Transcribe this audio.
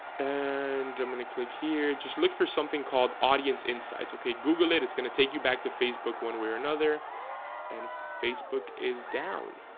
and i'm gonna click here. just look for something called audience insights. okay, google it, it's gonna take you back to facebook one way or another and facebook is down